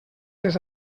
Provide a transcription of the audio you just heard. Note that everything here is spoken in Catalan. les